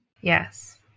yes